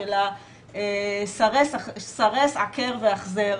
"סרס/עקר והחזר"